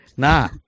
Nah